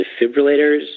defibrillators